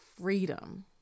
freedom